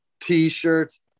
T-shirts